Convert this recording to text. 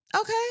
Okay